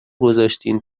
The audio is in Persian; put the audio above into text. گذاشتین